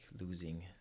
losing